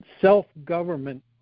self-government